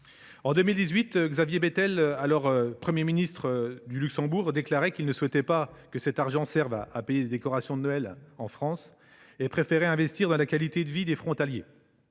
En 2018, Xavier Bettel, alors Premier ministre du Luxembourg, déclarait qu’il ne souhaitait pas que cet argent serve à « payer la décoration de Noël » en France et qu’il préférait investir dans la qualité de vie des frontaliers.